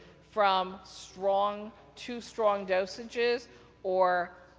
from strong, too strong dosages or,